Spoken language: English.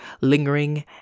lingering